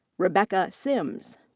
rebecca sims.